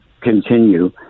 continue